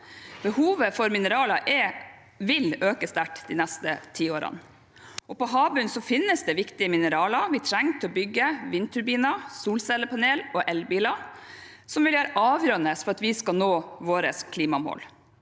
Behovet for mineraler vil øke sterkt de neste tiårene, og på havbunnen finnes det viktige mineraler som vi trenger for å bygge vindturbiner, solcellepaneler og elbiler som vil være avgjørende for at vi skal nå våre klimamål.